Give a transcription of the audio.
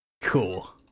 cool